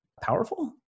powerful